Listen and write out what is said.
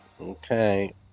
Okay